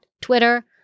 Twitter